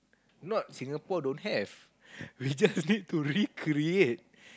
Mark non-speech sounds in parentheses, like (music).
not Singapore don't have (laughs) we just need to recreate